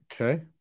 Okay